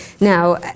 Now